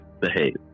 behave